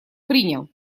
принял